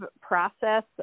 process